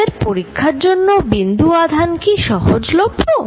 আমাদের পরীক্ষার জন্য বিন্দু আধান কি সহজলভ্য